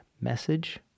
Message